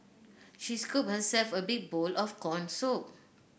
she scooped herself a big bowl of corn soup